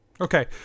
Okay